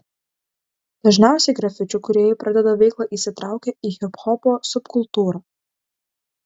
dažniausiai grafičių kūrėjai pradeda veiklą įsitraukę į hiphopo subkultūrą